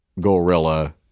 gorilla